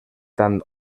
tant